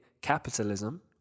capitalism